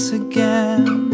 again